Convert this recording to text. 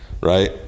right